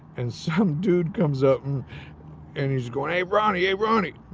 and some dude comes up and and he's going, hey ronnie, hey ronnie!